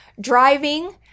driving